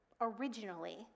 originally